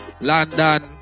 London